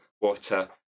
water